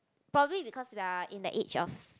probably because we are in the age of